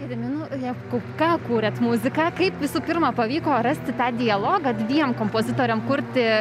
gediminu jakubka kūrėt muziką kaip visų pirma pavyko rasti tą dialogą dviem kompozitoriam kurti